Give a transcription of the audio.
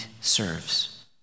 serves